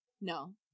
No